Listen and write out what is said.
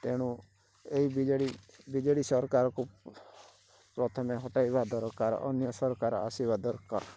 ତେଣୁ ଏଇ ବିଜେଡ଼ି ବିଜେଡ଼ି ସରକାରକୁ ପ୍ରଥମେ ହଟାଇବା ଦରକାର ଅନ୍ୟ ସରକାର ଆସିବା ଦରକାର